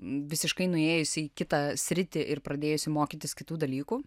visiškai nuėjusi į kitą sritį ir pradėjusi mokytis kitų dalykų